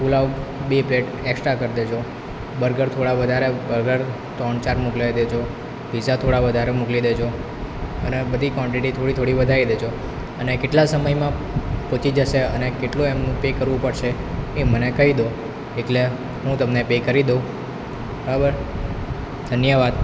પુલાવ બે plate extra કરી દેજો બર્ગર થોડા વધારે બર્ગર ત્રણ ચાર મોકલાવી દેજો પીઝા થોડા વધારે મોકલી દેજો અને બધી કોન્ટિટી થોડી થોડી વધારી દેજો અને કેટલા સમયમાં પહોંચી જશે અને કેટલું એમનું પે કરવું પડશે એ મને કહી દો એટલે હું તમને પે કરી દઉં બરાબર ધન્યવાદ